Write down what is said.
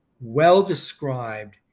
well-described